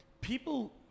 people